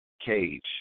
Cage